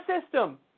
system